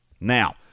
Now